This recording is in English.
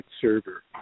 server